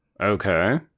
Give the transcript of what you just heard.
Okay